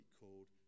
called